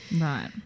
Right